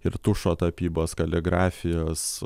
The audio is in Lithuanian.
ir tušo tapybos kaligrafijos